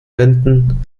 wänden